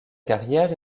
carrière